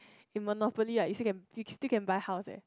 in Monopoly right you still can you still can buy house eh